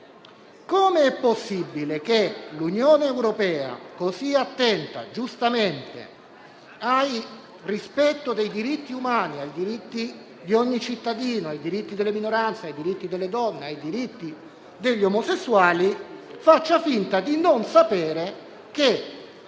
Come è possibile che l'Unione europea, giustamente così attenta al rispetto dei diritti umani, ai diritti di ogni cittadino, ai diritti delle minoranze, ai diritti delle donne e ai diritti degli omosessuali, faccia finta di non sapere che